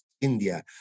India